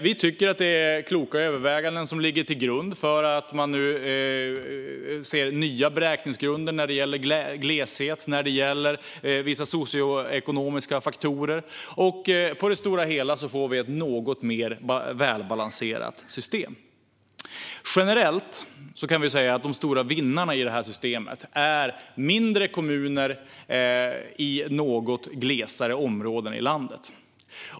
Vi tycker att det är kloka överväganden som ligger till grund för de nya beräkningsgrunderna när det gäller gleshet och vissa socioekonomiska faktorer. På det stora hela får vi ett något mer välbalanserat system. Generellt kan man säga att de stora vinnarna i det här systemet är mindre kommuner i något mer glesbefolkade områden i landet.